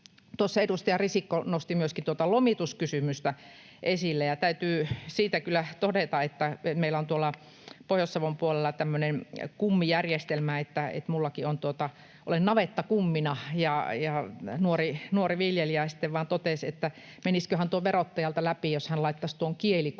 Tuossa edustaja Risikko nosti myöskin lomituskysymystä esille. Täytyy siitä kyllä todeta, että meillä on tuolla Pohjois-Savon puolella tämmöinen kummijärjestelmä — minäkin olen navettakummina. Nuori viljelijä sitten totesi, että menisiköhän tuo verottajalta läpi, jos hän laittaisi tuon kielikurssin